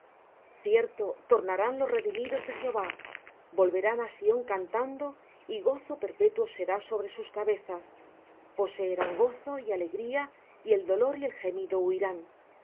cierto tornarán los redimidos de jehová volverán á sión cantando y gozo perpetuo será sobre sus cabezas poseerán gozo y alegría y el dolor y el gemido huirán